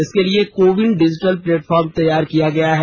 इसके लिए CoWIN digital platform तैयार किया गया है